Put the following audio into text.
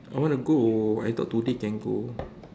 I want to go I thought today can go